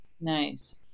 Nice